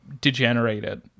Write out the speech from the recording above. degenerated